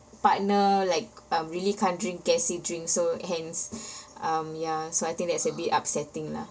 partner like um really can't drink gassy drinks so hence um ya so I think that's a bit upsetting lah